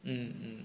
mm mm